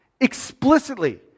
Explicitly